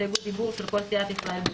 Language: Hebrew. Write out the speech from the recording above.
הסתייגות דיבור של כל סיעת ישראל ביתנו.